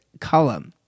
column